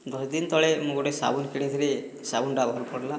ଦଶ ଦିନ ତଳେ ମୁଁ ଗୋଟିଏ ସାବୁନ କିଣିଥିଲି ସାବୁନଟା ଭଲ ପଡ଼ିଲା